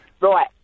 Right